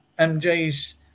MJ's